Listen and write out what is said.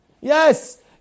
Yes